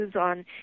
on